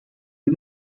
you